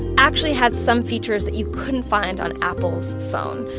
actually had some features that you couldn't find on apple's phone.